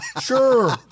Sure